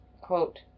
quote